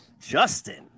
Justin